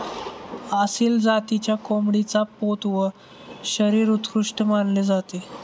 आसिल जातीच्या कोंबडीचा पोत व शरीर उत्कृष्ट मानले जाते